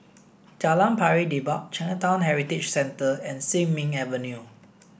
Jalan Pari Dedap Chinatown Heritage Centre and Sin Ming Avenue